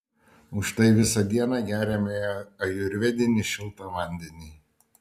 už tai visą dieną geriame ajurvedinį šiltą vandenį